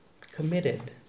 committed